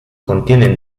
contienen